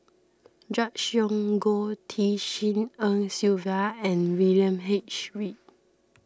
Gregory Yong Goh Tshin En Sylvia and William H Read